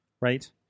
right